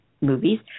movies